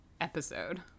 episode